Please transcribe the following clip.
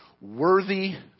worthy